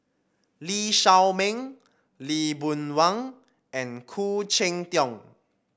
Lee Shao Meng Lee Boon Wang and Khoo Cheng Tiong